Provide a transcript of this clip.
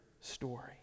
story